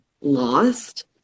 lost